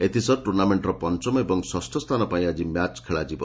ଏଥିସହ ଟୁର୍ଣ୍ଡାମେକ୍କର ପଞ୍ଚମ ଏବଂ ଷଷ ସ୍ରାନ ପାଇଁ ଆଜି ମ୍ୟାଚ୍ ଖେଳାଯିବ